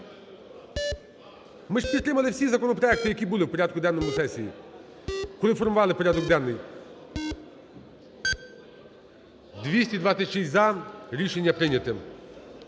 Ми ж підтримали всі законопроекти, які були у порядку денному сесії, коли формували порядок денний. 13:16:54 За-226 Рішення прийнято.